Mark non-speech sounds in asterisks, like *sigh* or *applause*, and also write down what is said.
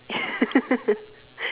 *laughs*